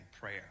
prayer